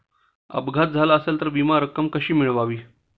अपघात झाला असेल तर विमा रक्कम कशी मिळवावी?